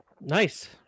Nice